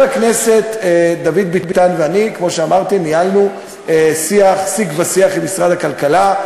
חבר הכנסת דוד ביטן ואני ניהלו שיג ושיח עם משרד הכלכלה.